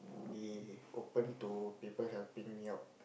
be open to people helping me out